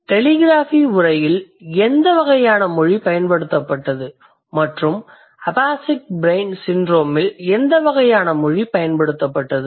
telegraphy உரையில் எந்த வகையான மொழி பயன்படுத்தப்பட்டது மற்றும் அபாசிக் ப்ரெய்ன் சிண்ட்ரோம் இல் எந்த வகையான மொழி பயன்படுத்தப்பட்டது